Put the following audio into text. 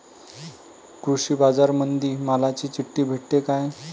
कृषीबाजारामंदी मालाची चिट्ठी भेटते काय?